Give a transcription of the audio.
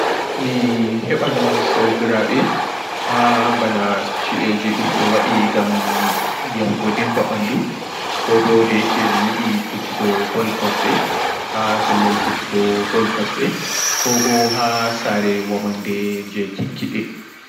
Mi heɓan soɓiraaɓe ha bana ci'e ji ɗum ɓe waɗi gam yahugo dimba ɓanɗu kobo dayake mi yiɗi fijugo ball kosɗe ha pelle fijugo ball kosɗe koɓo haa saare wamarde jei kikkiɗe.